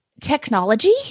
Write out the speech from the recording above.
technology